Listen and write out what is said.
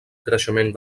creixement